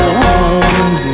home